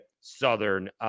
Southern